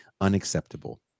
unacceptable